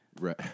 Right